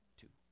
two